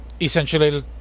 essentially